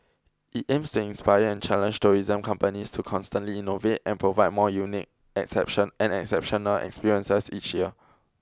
it aims to inspire and challenge tourism companies to constantly innovate and provide more unique exception and exceptional experiences each year